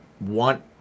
want